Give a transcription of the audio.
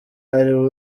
ari